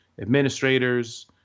administrators